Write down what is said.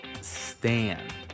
stand